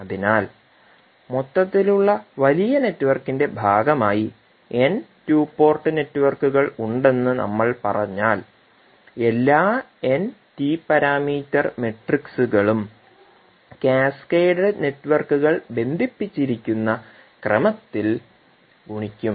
അതിനാൽ മൊത്തത്തിലുള്ള വലിയ നെറ്റ്വർക്കിന്റെ ഭാഗമായി n ടു പോർട്ട് നെറ്റ്വർക്കുകൾ ഉണ്ടെന്ന് നമ്മൾ പറഞ്ഞാൽ എല്ലാ n ടി പാരാമീറ്റർ മെട്രിക്സുകളും കാസ്കേഡഡ് നെറ്റ്വർക്കുകൾ ബന്ധിപ്പിച്ചിരിക്കുന്ന ക്രമത്തിൽ ഗുണിക്കും